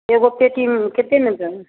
एगो पेटीमे कतेकमे देबै